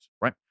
right